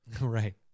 Right